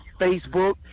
Facebook